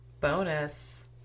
Bonus